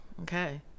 Okay